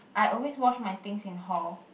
I always wash my things in hall